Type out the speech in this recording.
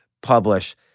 publish